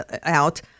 out